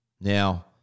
Now